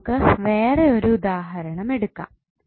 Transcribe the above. ഇനി നമുക്ക് വേറെ ഒരു ഉദാഹരണം എടുക്കാം